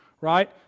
right